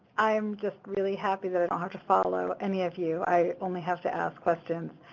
i'm just really happy that i don't have to follow any of you, i only have to ask questions.